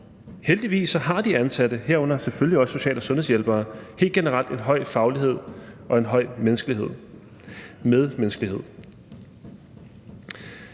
helt generelt en høj faglighed og en høj medmenneskelighed.